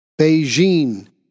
Beijing